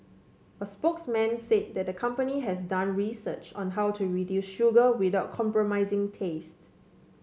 a spokesman said that the company has done research on how to reduce sugar without compromising taste